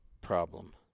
problem